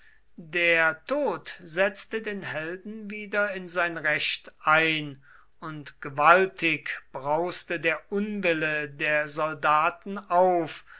der tod setzte den helden wieder in sein recht ein und gewaltig brauste der unwille der soldaten auf